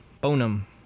Bonum